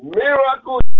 Miracle